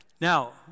Now